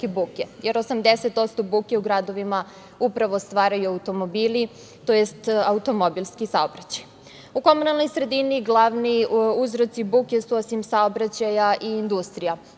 jer 80% buke u gradovima upravo stvaraju automobili, tj. automobilski saobraćaj.U komunalnoj sredini glavni uzroci buke su osim saobraćaja i industrija,